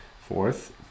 Fourth